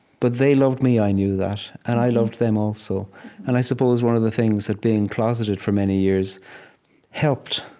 but they loved me. i knew that. and i loved them also and i suppose one of the things that being closeted for many years helped,